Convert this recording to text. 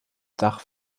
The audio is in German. dach